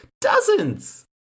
Dozens